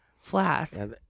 flask